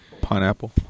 Pineapple